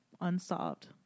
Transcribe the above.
unsolved